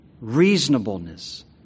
Reasonableness